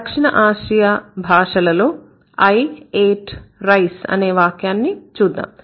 దక్షిణ ఆసియా భాషలలో I ate rice అనే వాక్యాన్ని చూద్దాం